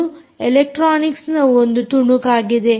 ಇದು ಎಲೆಕ್ಟ್ರಾನಿಕ್ಸ್ನ ಒಂದು ತುಣುಕಾಗಿದೆ